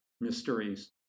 mysteries